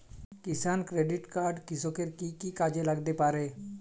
কিষান credit card কৃষকের কি কি কাজে লাগতে পারে?